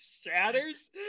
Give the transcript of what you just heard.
shatters